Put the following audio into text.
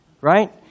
right